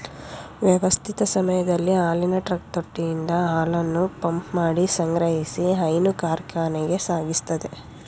ವ್ಯವಸ್ಥಿತ ಸಮಯದಲ್ಲಿ ಹಾಲಿನ ಟ್ರಕ್ ತೊಟ್ಟಿಯಿಂದ ಹಾಲನ್ನು ಪಂಪ್ಮಾಡಿ ಸಂಗ್ರಹಿಸಿ ಹೈನು ಕಾರ್ಖಾನೆಗೆ ಸಾಗಿಸ್ತದೆ